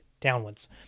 downwards